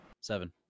Seven